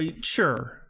sure